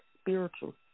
spiritual